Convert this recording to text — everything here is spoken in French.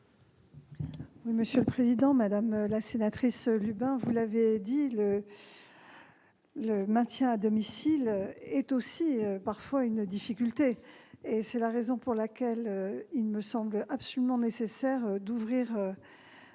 Mme la ministre. Madame la sénatrice Lubin, vous l'avez dit, le maintien à domicile est parfois aussi une difficulté. C'est la raison pour laquelle il me semble absolument nécessaire d'ouvrir aujourd'hui